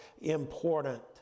important